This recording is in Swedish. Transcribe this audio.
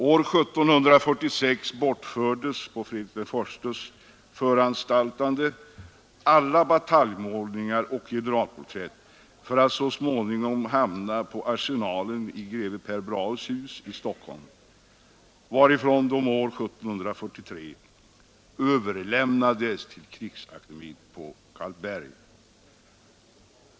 År 1746 bortfördes på föranstaltande av Fredrik I alla bataljmålningar och generalporträtt, vilka så småningom hamnade på Arsenalen i greve Per Brahes hus i Stockholm, varifrån de år 1793 överlämnades till Krigsakademien på Karlberg.